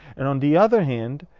and on the other hand,